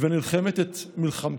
וכל הסביבה הזאת של מרכז הפזורה הבדואית